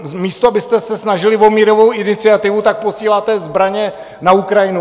Místo abyste se snažili o mírovou iniciativu, posíláte zbraně na Ukrajinu.